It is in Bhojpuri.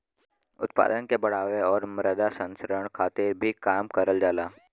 उत्पादन के बढ़ावे आउर मृदा संरक्षण खातिर भी काम करल जाला